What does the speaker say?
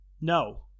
No